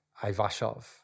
Ivashov